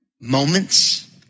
moments